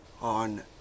on